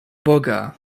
boga